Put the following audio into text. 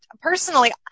personally